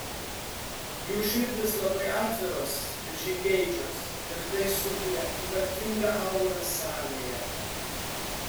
jų širdys labai atviros ir žingeidžios ir tai sukuria ypatingą aurą salėje